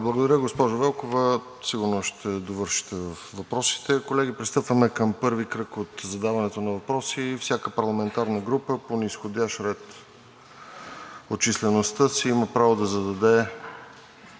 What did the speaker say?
Благодаря, госпожо Велкова. Сигурно ще довършите във въпросите. Колеги, пристъпваме към първи кръг от задаването на въпроси. Всяка парламентарна група по низходящ ред от числеността си има право да зададе